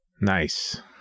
Nice